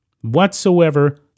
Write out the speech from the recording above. whatsoever